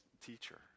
teacher